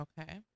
okay